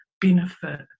benefit